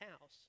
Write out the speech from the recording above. house